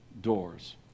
doors